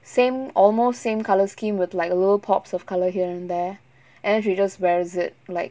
same almost same colour scheme with like a little pops of colour here and there and then she just wears it like